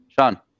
Sean